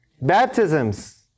baptisms